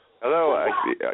Hello